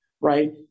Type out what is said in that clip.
right